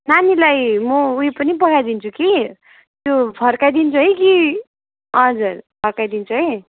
नानीलाई म ऊ यो पनि पठाइदिन्छु कि त्यो फर्काइदिन्छु है कि हजुर फर्काइदिन्छु है